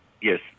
Yes